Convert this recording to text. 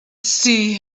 see